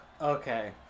okay